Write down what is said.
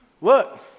Look